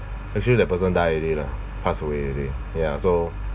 actually the person die already lah pass away already ya so